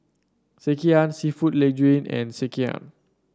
Sekihan seafood Linguine and Sekihan